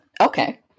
Okay